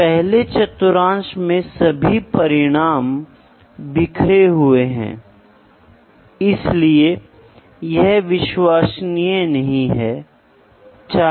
वह चीज जो मौजूद है मैकेनिकल इंजीनियरिंग से संबंध रखती हैं इसके बाद ऐसी मात्राओं को निर्धारित करने को मैकेनिकल मेजरमेंट कहा जाता है ठीक है